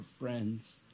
friends